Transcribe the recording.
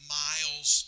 miles